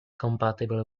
compatible